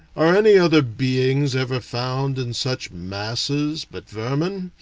are any other beings ever found in such masses, but vermin?